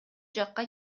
жакка